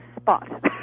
spot